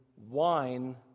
wine